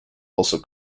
also